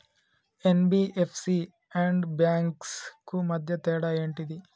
NBFC and banks కు మధ్య తేడా ఏంటిది?